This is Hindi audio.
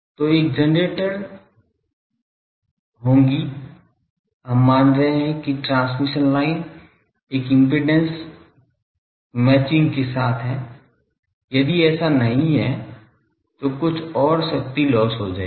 तो एक जनरेटर होगी हम मान रहे हैं कि ट्रांसमिशन लाइन एक इम्पीडेन्स मिलान के साथ हैं यदि ऐसा नहीं है तो कुछ और शक्ति लॉस हो जाएगी